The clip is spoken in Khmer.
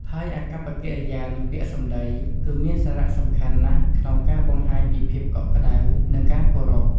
ហើយអាកប្បកិរិយា និងពាក្យសម្ដី គឺមានសារៈសំខាន់ណាស់ក្នុងការបង្ហាញពីភាពកក់ក្ដៅ និងការគោរព។